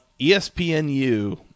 ESPNU